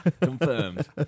confirmed